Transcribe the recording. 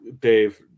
Dave